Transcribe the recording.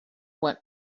went